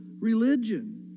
religion